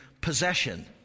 possession